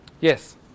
Yes